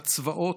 בצבאות,